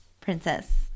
princess